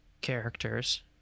characters